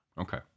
Okay